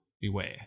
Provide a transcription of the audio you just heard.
beware